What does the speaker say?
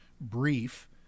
brief